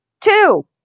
Two